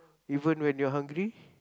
even when you're hungry